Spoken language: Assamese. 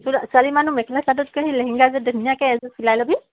চো ছোৱালী মানুহ মেখেলা চাদৰতকৈ লেহেংগা এযোৰ ধুনীয়াকৈ এযোৰ চিলাই ল'বি